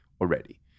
already